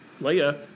Leia